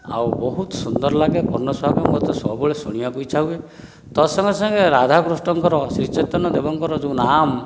ଆଉ ବହୁତ ସୁନ୍ଦର ଲାଗେ ଅନ୍ୟ ସମୟରେ ସବୁବେଳେ ଶୁଣିବାକୁ ଇଚ୍ଛା ହୁଏ ତା ସଙ୍ଗେ ସଙ୍ଗେ ରାଧା କୃଷ୍ଣଙ୍କର ଶ୍ରୀ ଚୈତନ୍ୟ ଦେବଙ୍କର ଯେଉଁ ନାମ